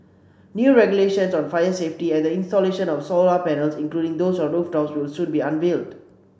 new regulations on fire safety and the installation of solar panels including those on rooftops will soon be unveiled